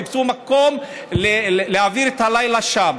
חיפשו מקום להעביר את הלילה שם.